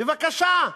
בבקשה.